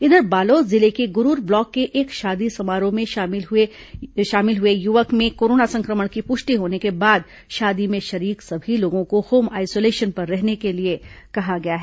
इधर बालोद जिले के गुरूर ब्लॉक के एक शादी समारोह में शामिल हुए युवक में कोरोना संक्रमण की पुष्टि होने के बाद शादी में शरीक सभी लोगों को होम आइसोलेशन पर रहने के लिए कहा गया है